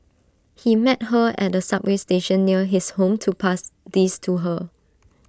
he met her at A subway station near his home to pass these to her